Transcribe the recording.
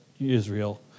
Israel